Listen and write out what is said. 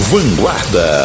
Vanguarda